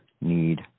need